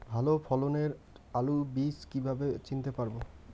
ভালো ফলনের আলু বীজ কীভাবে চিনতে পারবো?